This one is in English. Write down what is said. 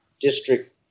district